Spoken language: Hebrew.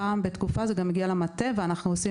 פעם בתקופה זה יגיע גם למטה ואנחנו עושים